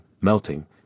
melting